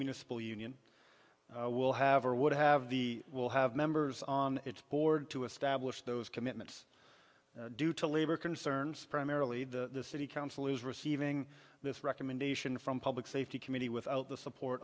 municipal union will have or would have the will have members on its board to establish those commitments due to labor concerns primarily the city council is receiving this recommendation from public safety committee without the support